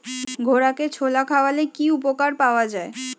ঘোড়াকে ছোলা খাওয়ালে কি উপকার পাওয়া যায়?